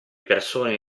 persone